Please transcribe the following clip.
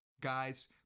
guys